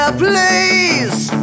please